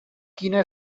quina